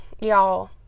Y'all